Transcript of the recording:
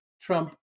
Trump